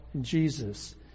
Jesus